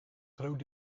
groot